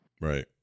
right